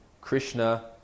Krishna